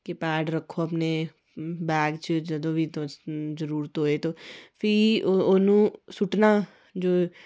कि पैड रखो अपने बैग च जदों बी तुस जरूरत होऐ ते भी औनूं सुट्टना